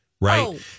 right